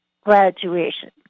graduation